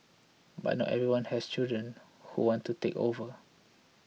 but not everyone has children who want to take over